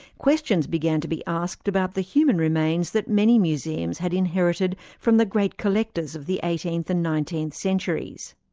questions began to be asked about the human remains that many museums had inherited from the great collectors of the eighteenth and nineteenth centuries.